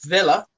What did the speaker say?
Villa